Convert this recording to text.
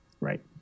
right